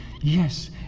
Yes